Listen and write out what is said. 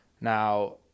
Now